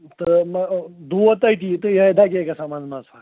تہٕ دود تٔتی تہٕ یِہَے دَگے گژھان منٛز منٛز فرق